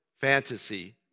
fantasy